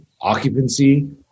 occupancy